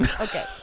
Okay